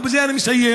ובזה אני מסיים,